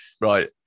Right